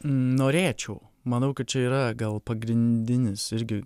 norėčiau manau kad čia yra gal pagrindinis irgi